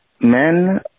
men